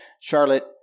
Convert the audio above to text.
Charlotte